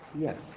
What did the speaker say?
Yes